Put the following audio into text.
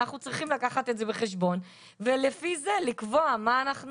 אנחנו צריכים לקחת את זה בחשבון ולפי זה לקבוע מה אנחנו